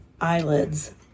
eyelids